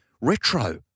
retro